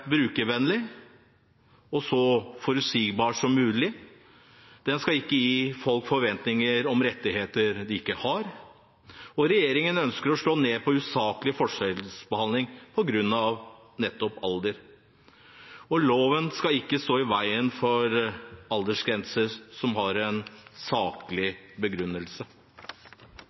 brukervennlig og så forutsigbar som mulig. Den skal ikke gi folk forventninger om rettigheter de ikke har. Regjeringen ønsker å slå ned på usaklig forskjellsbehandling på grunn av nettopp alder. Loven skal ikke stå i veien for aldersgrenser som har en saklig begrunnelse.